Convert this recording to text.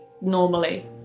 normally